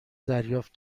دریافت